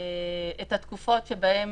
את התקופות שבהן